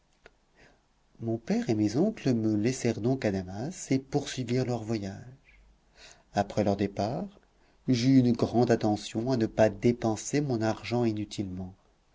mon père et mes oncles me laissèrent donc à damas et poursuivirent leur voyage après leur départ j'eus une grande attention à ne pas dépenser mon argent inutilement